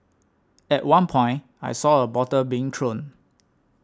at one point I saw a bottle being thrown